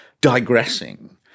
digressing